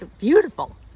beautiful